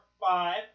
five